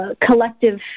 collective